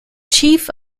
chief